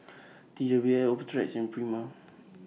T W Optrex and Prima